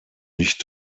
nicht